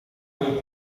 ont